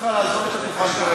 אני מבקש ממך לעזוב את הדוכן כרגע.